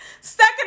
second